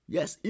Yes